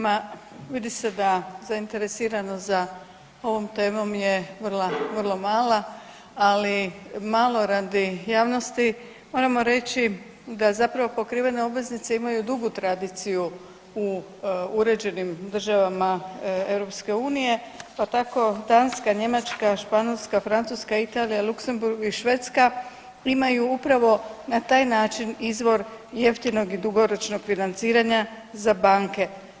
Ma vidi se da zainteresiranost za ovom temom je vrlo mala, ali malo radi javnosti, moramo reći da zapravo pokrivene obveznice imaju dugu tradiciju u uređenim državama EU pa tako Danska, Njemačka, Španjolska, Francuska, Italija, Luksemburg i Švedska imaju upravo na taj način izvor jeftinog i dugoročnog financiranja za banke.